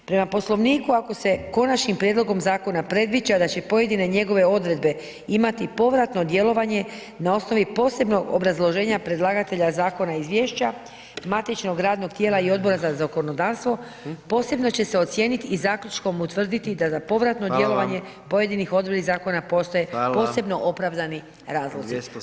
Prema Poslovniku, ako se konačnim prijedlogom zakona predviđa da će pojedine njegove odredbe imati povratno djelovanje, na osnovi posebnog obrazloženja predlagatelja zakona izvješća, matičnog radnog tijela i Odbora za zakonodavstvo, posebno će se ocijeniti i zaključkom utvrditi da za povratno [[Upadica: Hvala vam.]] djelovanje pojedinih odredbi zakona postoje posebni [[Upadica: Hvala.]] razlozi.